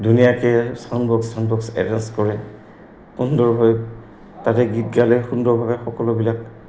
ধুনীয়াকে sound box sound box কৰে সুন্দৰভাৱে তাতে গীত গালে সুন্দৰভাৱে সকলোবিলাক